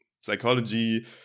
psychology